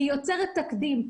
היא יוצרת תקדים.